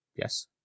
Yes